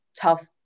tough